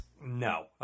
No